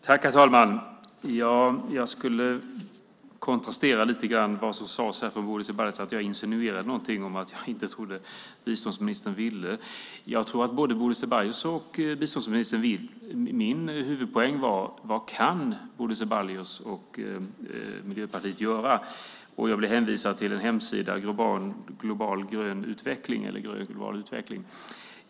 Herr talman! Jag skulle vilja kontrastera lite grann med tanke på vad Bodil Ceballos sade om att jag insinuerade någonting om att hon inte trodde att biståndsministern hade vilja. Jag tror att både Bodil Ceballos och biståndsministern vill. Min huvudpoäng var: Vad kan Bodil Ceballos och Miljöpartiet göra? Jag blev hänvisad till en hemsida och till att läsa en motion om global grön utveckling.